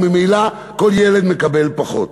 וממילא כל ילד מקבל פחות.